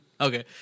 Okay